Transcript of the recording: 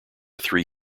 three